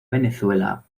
venezuela